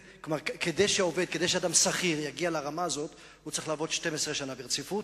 כדי שאדם שכיר יגיע לרמה הזאת הוא צריך לעבוד 12 שנה ברציפות,